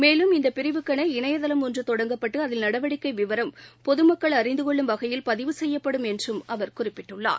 மேலும் இந்தபிரிவுக்கென இணையதளம் ஒன்றுதொடங்கப்பட்டுஅதில் நடவடிக்கைவிவரம் பொதுமக்கள் அறிந்துகொள்ளும் வகையில் பதிவு செய்யப்படும் என்றுஅவர் குறிப்பிட்டுள்ளார்